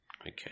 Okay